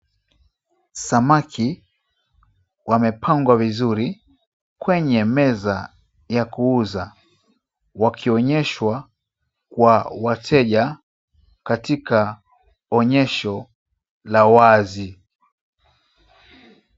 Samaki, wamepangwa vizuri kwenye meza ya kuuza, wakionyeshwa kwa wateja katika onyesho la wazi.